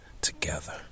together